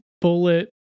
bullet